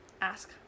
ask